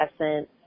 Essence